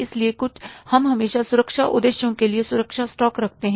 इसलिए हम हमेशा सुरक्षा उद्देश्यों के लिए सुरक्षा स्टॉक रखते हैं